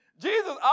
Jesus